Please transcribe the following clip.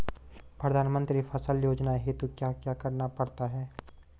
प्रधानमंत्री फसल योजना हेतु क्या क्या करना पड़ता है?